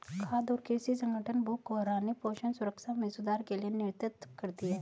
खाद्य और कृषि संगठन भूख को हराने पोषण सुरक्षा में सुधार के लिए नेतृत्व करती है